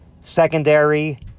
secondary